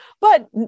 But-